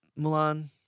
Mulan